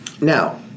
Now